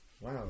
Wow